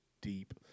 deep